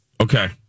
Okay